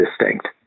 distinct